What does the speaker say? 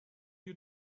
you